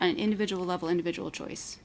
an individual level individual choice